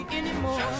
anymore